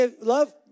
love